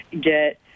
get